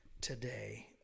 today